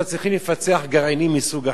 עכשיו צריכים לפצח גרעינים מסוג אחר.